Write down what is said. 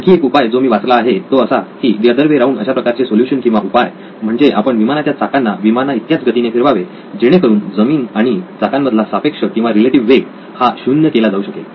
आणखी एक उपाय जो मी वाचला आहे तो असा की द अदर वे राऊंड अशा प्रकारचे सोल्युशन किंवा उपाय म्हणजे आपण विमानाच्या चाकांना विमानाइतक्याच गतीने फिरवावे जेणेकरून जमीन आणि चाकांमधला सापेक्ष किंवा रिलेटिव्ह वेग हा शून्य केला जाऊ शकेल